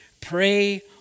Pray